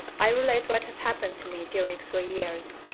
i relate what has happened to me during three years.